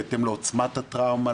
בהתאם לעוצמת הטראומה,